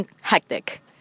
hectic